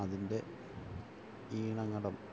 അതിൻറെ ഈണങ്ങളും